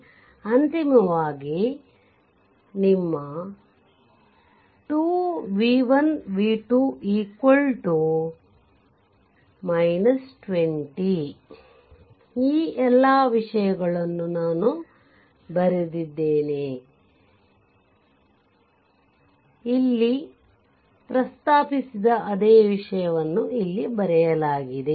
ಆದ್ದರಿಂದ ಅಂತಿಮವಾಗಿ ಅದು ನಿಮ್ಮ 2 ವಿ 1 ವಿ 2 20 ಆಗುತ್ತಿದೆ ಈ ಎಲ್ಲ ವಿಷಯಗಳನ್ನು ನಾನು ಬರೆದಿದ್ದೇನೆ 5 ನಾನು ಅಲ್ಲಿ ಪ್ರಸ್ತಾಪಿಸಿದ ಅದೇ ವಿಷಯವನ್ನು ಇಲ್ಲಿ ಬರೆಯಲಾಗಿದೆ